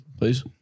please